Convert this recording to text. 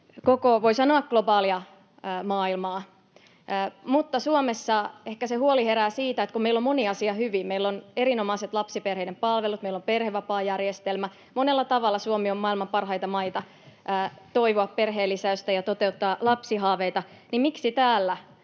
koko, voi sanoa, globaalia maailmaa. Suomessa ehkä se huoli herää siitä, että kun meillä on moni asia hyvin — meillä on erinomaiset lapsiperheiden palvelut, meillä on perhevapaajärjestelmä, eli monella tavalla Suomi on maailman parhaita maita toivoa perheenlisäystä ja toteuttaa lapsihaaveita — niin miksi täällä